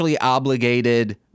obligated